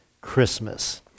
Christmas